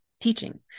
teaching